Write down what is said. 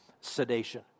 sedation